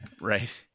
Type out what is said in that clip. Right